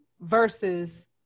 versus